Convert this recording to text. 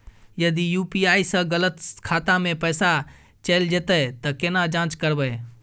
यदि यु.पी.आई स गलत खाता मे पैसा चैल जेतै त केना जाँच करबे?